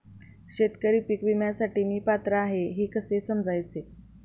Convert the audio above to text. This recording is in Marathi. शेतकरी पीक विम्यासाठी मी पात्र आहे हे कसे समजायचे?